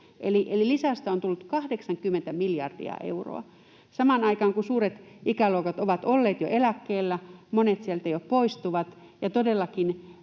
lisäystä on tullut 80 miljardia euroa. Samaan aikaan suuret ikäluokat ovat jo olleet eläkkeellä, ja monet sieltä jo poistuvat,